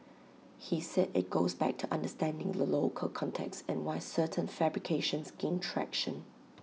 he said IT goes back to understanding the local context and why certain fabrications gain traction